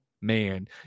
man